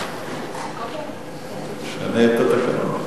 1 206 נתקבלו.